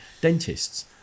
dentists